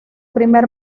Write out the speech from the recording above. primer